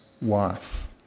wife